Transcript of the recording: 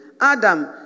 Adam